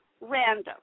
random